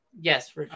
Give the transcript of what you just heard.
Yes